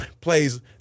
plays